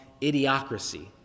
Idiocracy